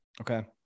Okay